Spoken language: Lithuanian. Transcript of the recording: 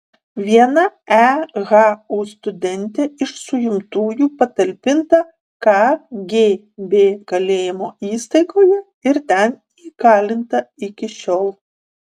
viena ehu studentė iš suimtųjų patalpinta kgb kalėjimo įstaigoje ir ten įkalinta iki šiol